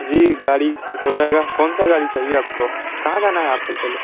जी गाड़ी हो जाएगा कौन सा गाड़ी चाहिए आपको कहाँ जाना है आपको पेहले